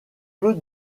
peu